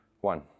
One